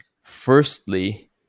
firstly